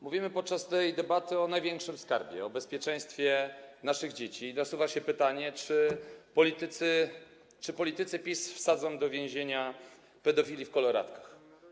Mówimy podczas tej debaty o największym skarbie, o bezpieczeństwie naszych dzieci, i nasuwa się pytanie, czy politycy PiS wsadzą do więzienia pedofili w koloratkach.